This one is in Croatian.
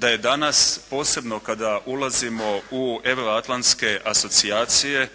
da je danas posebno kada ulazimo u euro atlantske asocijacije